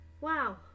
Wow